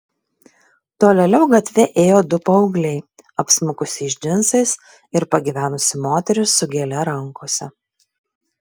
tolėliau gatve ėjo du paaugliai apsmukusiais džinsais ir pagyvenusi moteris su gėle rankose